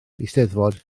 eisteddfod